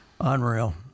Unreal